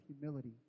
humility